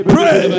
Pray